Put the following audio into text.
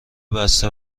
بسته